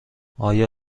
آیا